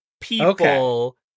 people